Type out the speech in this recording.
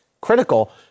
critical